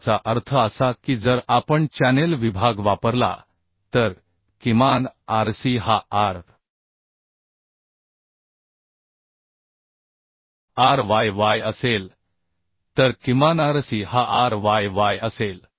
याचा अर्थ असा की जर आपण चॅनेल विभाग वापरला तर किमान Rc हा आर Ryy असेल तर किमानRc हा Ryy असेल